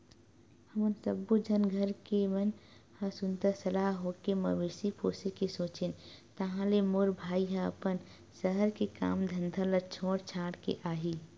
हमन सब्बो झन घर के मन ह सुनता सलाह होके मवेशी पोसे के सोचेन ताहले मोर भाई ह अपन सहर के काम धंधा ल छोड़ छाड़ के आही